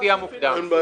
לפי המוקדם.